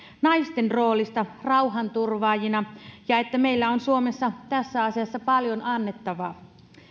naisten roolista rauhanturvaajina ja siitä että meillä on suomessa tässä asiassa paljon annettavaa